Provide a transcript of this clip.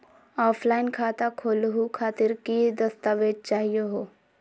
Offline खाता खोलहु खातिर की की दस्तावेज चाहीयो हो?